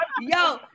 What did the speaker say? yo